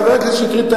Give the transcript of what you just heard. חבר הכנסת שטרית,